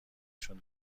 شون